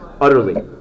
utterly